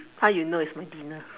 how you know it's my dinner